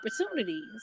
opportunities